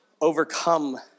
overcome